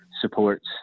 supports